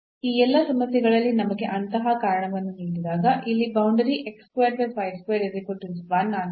ಈ ಎಲ್ಲಾ ಸಮಸ್ಯೆಗಳಲ್ಲಿ ನಮಗೆ ಅಂತಹ ಕಾರಣವನ್ನು ನೀಡಿದಾಗ ಇಲ್ಲಿ ಬೌಂಡರಿ ಆಗಿದೆ